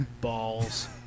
balls